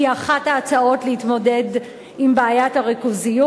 היא אחת ההצעות להתמודד עם בעיית הריכוזיות.